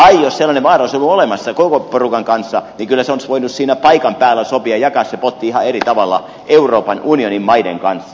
tai jos sellainen vaara olisi ollut olemassa koko porukan kanssa niin kyllä sen olisi voinut siinä paikan päällä sopia ja jakaa sen potin ihan eri tavalla euroopan unionin maiden kanssa